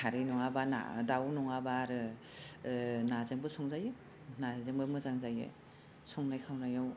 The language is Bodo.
खारै नङाबा ना दाउ नङाबा आरो नाजोंबो संजायो नाजोंबो मोजां जायो संनाय खावनायाव